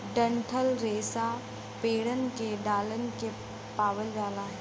डंठल रेसा पेड़न के डालन से पावल जाला